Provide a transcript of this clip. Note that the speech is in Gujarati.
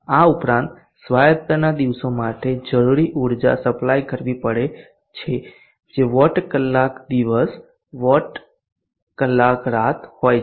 આ ઉપરાંત સ્વાયતતાના દિવસો માટે જરૂરી ઊર્જા સપ્લાય કરવી પડે છે જે વોટ કલાક દિવસ વત્તા વોટ કલાક રાત હોય છે